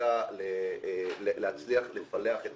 להצליח לפלח.